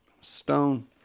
Stone